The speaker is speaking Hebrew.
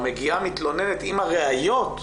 או שמגיעה מתלוננת למשטרה עם הראיות,